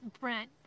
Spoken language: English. Brent